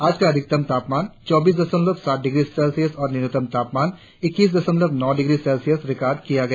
आज का अधिकतम तापमान चौबीस दशमलव सात डिग्री सेल्सियस और न्यूनतम तापमान ईक्कीस दशमलव नो डिग्री सेल्सियस रिकार्ड किया गया